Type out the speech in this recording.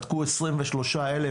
בדקו 23,000,